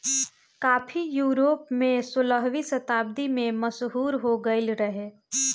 काफी यूरोप में सोलहवीं शताब्दी में मशहूर हो गईल रहे